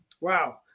Wow